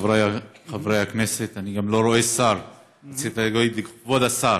חבר הכנסת חמד עמאר,